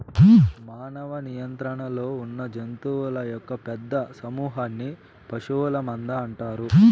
మానవ నియంత్రణలో ఉన్నజంతువుల యొక్క పెద్ద సమూహన్ని పశువుల మంద అంటారు